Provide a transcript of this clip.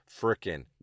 freaking